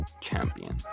champion